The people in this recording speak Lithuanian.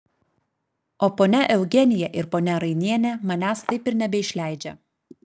o ponia eugenija ir ponia rainienė manęs taip ir nebeišleidžia